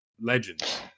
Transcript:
legends